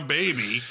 baby